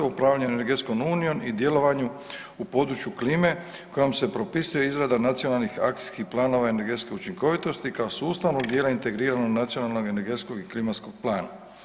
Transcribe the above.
Upravljanje energetskom unijom i djelovanju u području klime kojom se propisuje izrada nacionalnih akcijskih planova energetske učinkovitosti kao sustavnog dijela integriranog nacionalnog i energetskog i klimatskog plana.